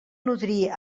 nodrir